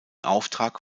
auftrag